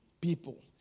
people